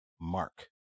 Mark